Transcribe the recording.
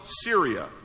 Syria